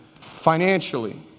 financially